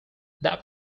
that